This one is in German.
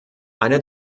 einer